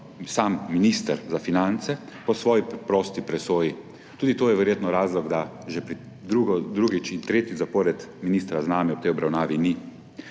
sam minister za finance po svoji prosti presoji. Tudi to je verjetno razlog, da že drugič in tretjič zapored ministra z nami ob tej obravnavi ni.